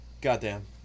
goddamn